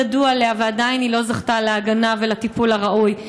ידעו עליה ועדיין היא לא זכתה להגנה ולטיפול הראוי.